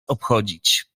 obchodzić